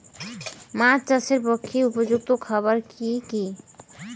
মাছ চাষের পক্ষে উপযুক্ত খাবার কি কি?